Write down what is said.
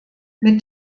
mit